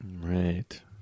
Right